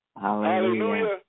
Hallelujah